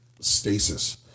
stasis